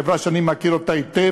חברה שאני מכיר אותה היטב,